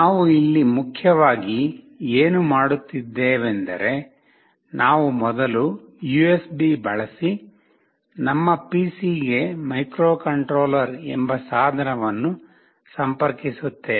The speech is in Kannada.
ನಾವು ಇಲ್ಲಿ ಮುಖ್ಯವಾಗಿ ಏನು ಮಾಡುತ್ತಿದ್ದೇವೆಂದರೆ ನಾವು ಮೊದಲು ಯುಎಸ್ಬಿ ಬಳಸಿ ನಮ್ಮ ಪಿಸಿಗೆ ಮೈಕ್ರೊಕಂಟ್ರೋಲರ್ ಎಂಬ ಸಾಧನವನ್ನು ಸಂಪರ್ಕಿಸುತ್ತೇವೆ